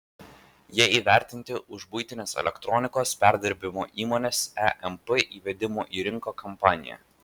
jie įvertinti už buitinės elektronikos perdirbimo įmonės emp įvedimo į rinką kampaniją